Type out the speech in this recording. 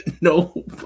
no